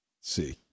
see